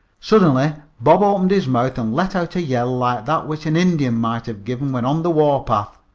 suddenly bob opened his mouth and let out a yell like that which an indian might have given when on the warpath.